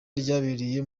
ryabereye